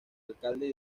alcalde